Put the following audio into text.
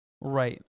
Right